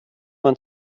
man